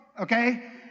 okay